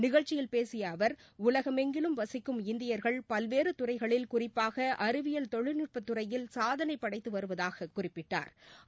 நிகழ்ச்சியில் பேசிய அவர் உலகமெங்கிலும் வசிக்கும் இந்தியர்கள் பல்வேறு துறைகளில் குறிப்பாக அறிவியல் தொழில்நுட்பத் துறையில் சாதனை படைத்து வருவதாகக் குறிப்பிட்டாா்